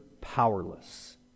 powerless